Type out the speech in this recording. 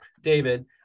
David